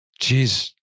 Jeez